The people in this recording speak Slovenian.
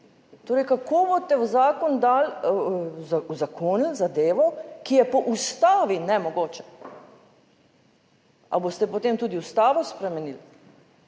Torej, kako boste v zakon dali, uzakoniti zadevo, ki je po Ustavi nemogoče? Ali boste, potem tudi Ustavo spremenili?